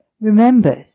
remembers